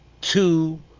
two